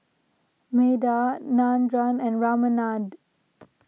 Medha Nandan and Ramanand